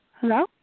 hello